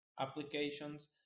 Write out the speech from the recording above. applications